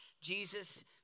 Jesus